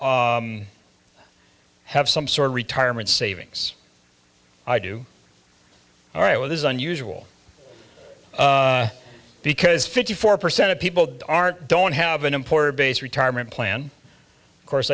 have some sort of retirement savings i do all right well this is unusual because fifty four percent of people aren't don't have an important base retirement plan course